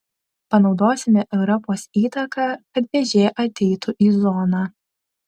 panaudosime europos įtaką kad vėžė ateitų į zoną